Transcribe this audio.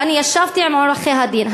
ואני ישבתי עם עורכי-דין.